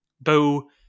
Bo